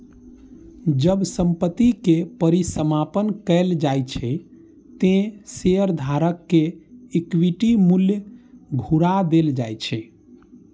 जब संपत्ति के परिसमापन कैल जाइ छै, ते शेयरधारक कें इक्विटी मूल्य घुरा देल जाइ छै